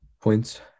points